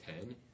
ten